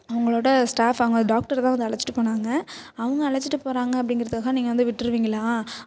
அவங்களோட ஸ்டாஃப் அங்கே டாக்டரு தான் வந்து அழைச்சிட்டு போனாங்க அவங்க அழைச்சிட்டு போகிறாங்க அப்படிங்கிறதுக்காக நீங்கள் வந்து விட்டுருவீங்களா